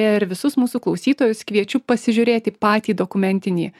ir visus mūsų klausytojus kviečiu pasižiūrėti patį dokumentinį